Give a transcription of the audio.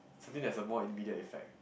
something there is a more immediate effect